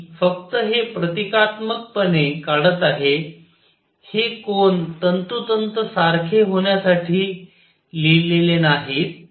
मी फक्त हे प्रतीकात्मकपणे काढत आहे हे कोन तंतोतंत सारखे होण्यासाठी लिहिलेले नाहीत